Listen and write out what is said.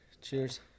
Cheers